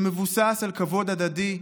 שמבוסס על כבוד הדדי,